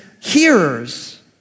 hearers